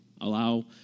Allow